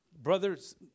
Brothers